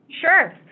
Sure